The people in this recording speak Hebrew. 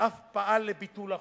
אף פעל לביטול החוזה.